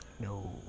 No